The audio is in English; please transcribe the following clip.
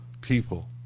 people